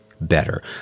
better